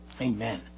Amen